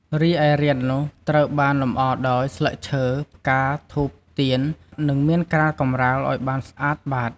រីឯរាននោះត្រូវបានលម្អដោយ ស្លឹកឈើ ផ្កា ធូប ទៀន និងមានក្រាលកម្រាលឲ្យបានស្អាតបាត។